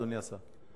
אדוני השר.